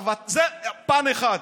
זה פן אחד.